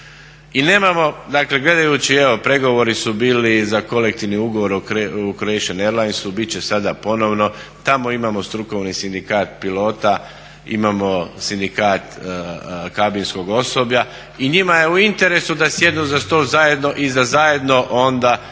I nemamo, dakle gledajući evo pregovori su bili za kolektivni ugovor u Croatia airlinesu, bit će sada ponovno. Tamo imamo strukovni sindikat pilota, imamo sindikat kabinskog osoblja i njima je u interesu da sjednu za stol zajedno i da zajedno onda